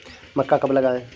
मक्का कब लगाएँ?